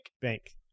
Bank